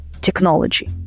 technology